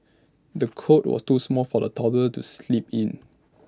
the cot was too small for A toddler to sleep in